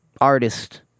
Artist